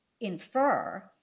infer